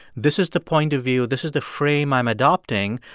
this is the point of view this is the frame i'm adopting.